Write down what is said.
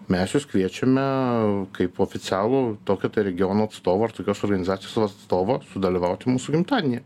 mes jus kviečiame kaip oficialų tokio regiono atstovą ar tokios organizacijos atstovą sudalyvauti mūsų gimtadienyje